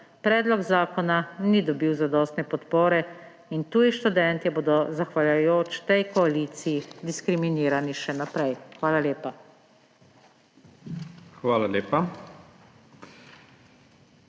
predlog zakona ni dobil zadostne podpore in tuji študentje bodo – zahvaljujoč tej koaliciji – diskriminirani še naprej. Hvala lepa.